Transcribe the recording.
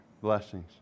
blessings